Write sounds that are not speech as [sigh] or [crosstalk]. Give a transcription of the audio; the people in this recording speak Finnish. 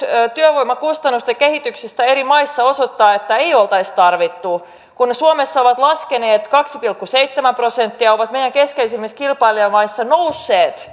työvoimakustannusten kehityksestä eri maissa osoittavat että ei oltaisi tarvittu kun ne suomessa ovat laskeneet kaksi pilkku seitsemän prosenttia ne ovat meidän keskeisimmissä kilpailijamaissa nousseet [unintelligible]